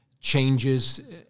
changes